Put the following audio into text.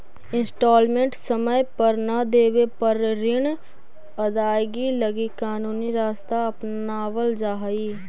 instalment समय पर न देवे पर ऋण अदायगी लगी कानूनी रास्ता अपनावल जा हई